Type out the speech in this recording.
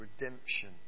redemption